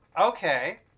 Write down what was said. Okay